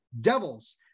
devil's